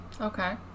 okay